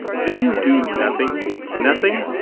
do you do nothing nothing?